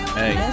hey